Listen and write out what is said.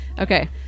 Okay